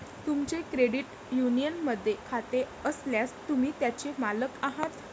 तुमचे क्रेडिट युनियनमध्ये खाते असल्यास, तुम्ही त्याचे मालक आहात